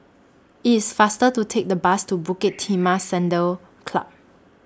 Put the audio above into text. IT IS faster to Take The Bus to Bukit Timah Saddle Club